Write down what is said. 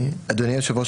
אדוני היושב ראש,